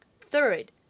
Third